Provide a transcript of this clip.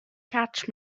catch